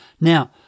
Now